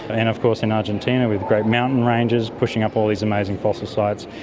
and of course in argentina with great mountain ranges pushing up all these amazing fossil sites,